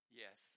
yes